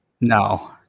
No